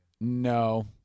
No